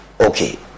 Okay